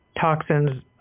toxins